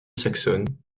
saxonne